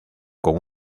con